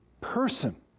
person